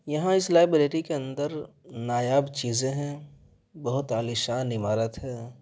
یہاں اس لائبریری کے اندر نایاب چیزیں ہیں بہت عالیشان عمارت ہے